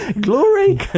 Glory